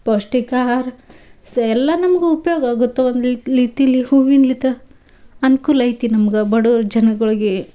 ಪೌಷ್ಠಿಕ ಆಹಾರ ಸ ಎಲ್ಲ ನಮಗೂ ಉಪಯೋಗ ಆಗುತ್ತೆ ಒಂದು ಲಿ ಲೀತಿಲಿ ಹೂವಿನಲ್ಲಿದ್ದ ಅನ್ಕೂಲೈತಿ ನಮಗೆ ಬಡುವರು ಜನಗಳಿಗೆ